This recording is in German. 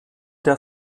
der